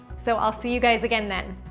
so i'll see you guys again then.